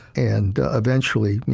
and eventually, you